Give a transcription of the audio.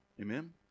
Amen